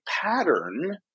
pattern